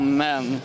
Amen